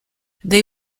they